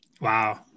Wow